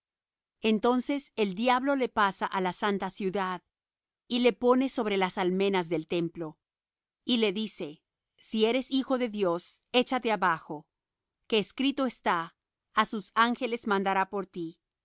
entonces el diablo le pasa á la santa ciudad y le pone sobre las almenas del templo y le dice si eres hijo de dios échate abajo que escrito está a sus ángeles mandará por ti